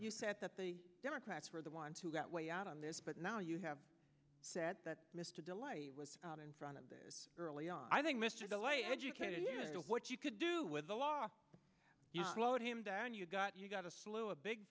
you said that the democrats were the ones who got way out on this but now you have said that mr delay was out in front of the early on i think mr de lay educated what you could do with the law load him and you've got you've got a slew of big